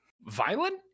violent